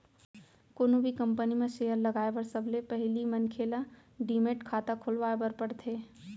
कोनो भी कंपनी म सेयर लगाए बर सबले पहिली मनखे ल डीमैट खाता खोलवाए बर परथे